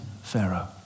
Pharaoh